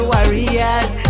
Warriors